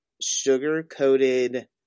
sugar-coated